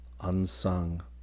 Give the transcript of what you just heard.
unsung